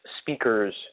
speakers